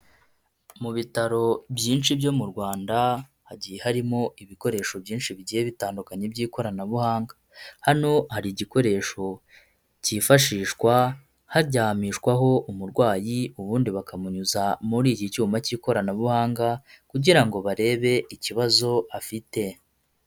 Mu bitaro byinshi byo mu Rwanda, hagiye harimo ibikoresho byinshi bigiye bitandukanye by'ikoranabuhanga, hano hari igikoresho cyifashishwa haryamishwaho umurwayi, ubundi bakamunyuza muri iki cyuma cy'ikoranabuhanga, kugira ngo barebe ikibazo afite.